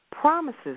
Promises